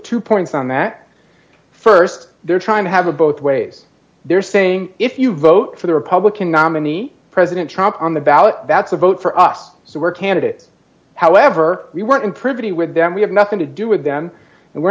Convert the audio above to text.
two points on that st they're trying to have a both ways they're saying if you vote for the republican nominee president trump on the ballot that's a vote for us so we're candidate however we weren't privy with them we have nothing to do with them and we're